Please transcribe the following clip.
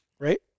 Right